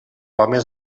homes